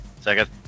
Second